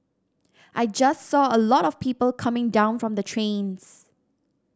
I just saw a lot of people coming down from the trains